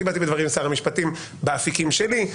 אני באתי בדברים עם שר המשפטים באפיקים שלי.